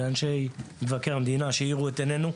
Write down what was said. ולאנשי מבקר המדינה שהאירו את עינינו.